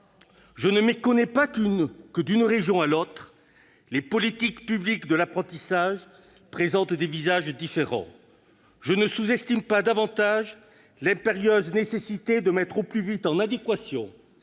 Je ne méconnais pas que, d'une région à l'autre, les politiques publiques de l'apprentissage présentent des visages différents. Je ne sous-estime pas davantage l'impérieuse nécessité de mettre au plus vite en adéquation